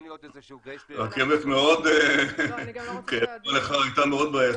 עוד איזה שהוא גרייס --- רכבת מאוד --- מאוד בעייתית,